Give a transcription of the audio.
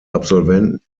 absolventen